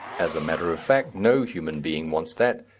as a matter of fact no human being wants that,